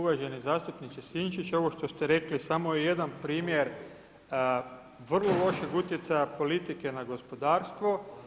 Uvaženi zastupniče Sinčić ovo što ste rekli samo je jedan primjer vrlo lošeg utjecaja politike na gospodarstvo.